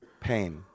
pain